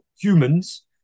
humans